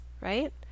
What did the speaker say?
right